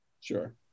Sure